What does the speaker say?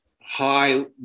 high